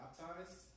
baptized